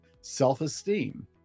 self-esteem